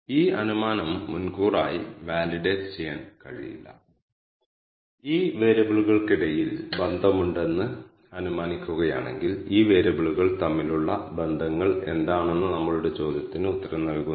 ഈ K means function input ആർഗ്യുമെന്റുകളായി എന്താണ് എടുക്കുന്നതെന്നും അത് എന്താണ് നൽകുന്നതെന്നും നോക്കാം